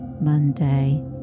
Monday